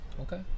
Okay